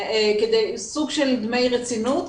סוג של דמי רצינות,